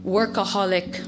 workaholic